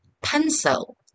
Pencil